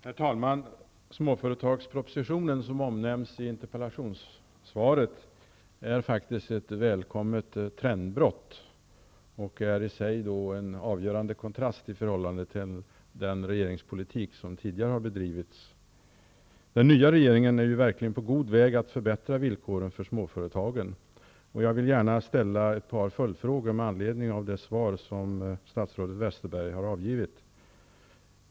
Herr talman! Småföretagspropositionen som omnämns i interpellationssvaret är ett välkommet trendbrott och i sig en avgörande kontrast i förhållande till den regeringspolitik som tidigare har bedrivits. Den nya regeringen är verkligen på god väg att förbättra villkoren för småföretagen. Jag vill gärna ställa ett par följdfrågor med anledning av det svar statsrådet Westerberg har avgivit.